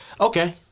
Okay